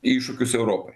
iššūkius europoje